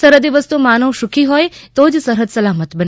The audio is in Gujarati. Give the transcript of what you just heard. સરહદે વસતો માનસ સુખી હોય તો જ સરહદ સલામત બને